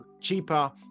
cheaper